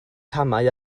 camau